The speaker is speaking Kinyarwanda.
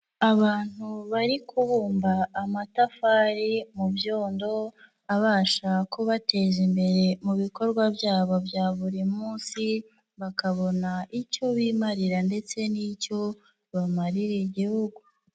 Abantu bari kubumba amatafari mu byondo, abasha kubateza imbere mu bikorwa byabo bya buri munsi, bakabona icyo bimarira ndetse n'icyo bamariye igihugu.